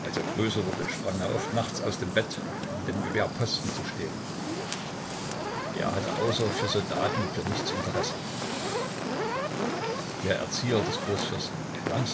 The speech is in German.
als er größer wurde sprang er oft nachts aus dem bett um mit dem gewehr posten zu stehen er hatte außer für soldaten für nichts interesse der erzieher der großfürsten la